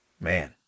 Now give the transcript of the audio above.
man